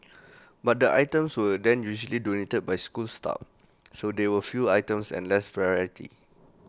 but the items were then usually donated by school staff so there were few items and less variety